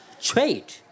trade